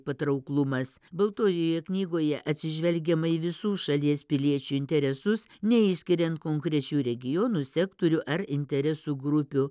patrauklumas baltojoje knygoje atsižvelgiama į visų šalies piliečių interesus neišskiriant konkrečių regionų sektorių ar interesų grupių